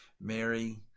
Mary